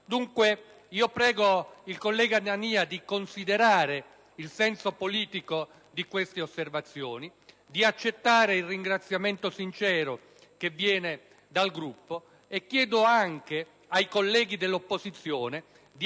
Dunque, io prego il collega Nania di considerare il senso politico di queste osservazioni e di accettare il ringraziamento sincero che viene dal Gruppo. Chiedo inoltre ai colleghi dell'opposizione di apprezzare